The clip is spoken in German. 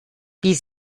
wie